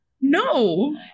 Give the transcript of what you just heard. No